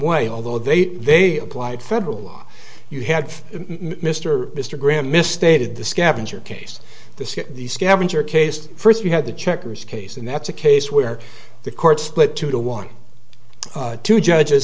way although they did they applied federal law you had mr mr graham misstated the scavenger case the the scavenger case first you had the checkers case and that's a case where the court split two to walk two judges